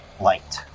light